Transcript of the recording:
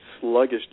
sluggish